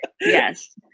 Yes